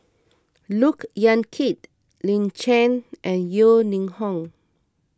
Look Yan Kit Lin Chen and Yeo Ning Hong